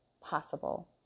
possible